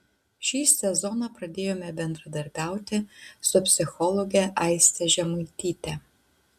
šį sezoną pradėjome bendradarbiauti su psichologe aiste žemaityte